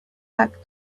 back